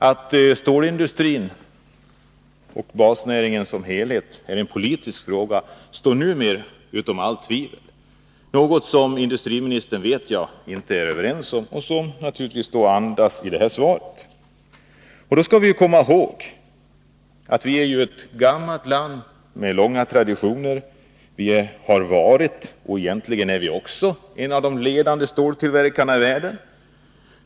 Att stålindustrin och denna basnäring som helhet är en politisk fråga står numera utom all tvivel — en uppfattning som jag vet att industriministern inte delar, vilket naturligtvis kommer fram i det här svaret. Vi skall komma ihåg att Sverige är ett gammalt land med långa traditioner. Vi har varit — och egentligen är vi det också — en av de ledande ståltillverkarna i världen.